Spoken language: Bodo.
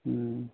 होम